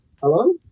Hello